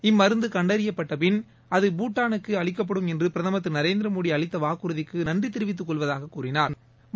இம்மருந்து கண்டறியப்பட்டபின் அது பூடானுக்கு அளிக்கப்படும் என்று பிரதமா் திரு நரேந்திரமோடி அளித்த வாக்குறதிக்கு நன்றி தெரிவித்து கொள்வதாக கூறினாா்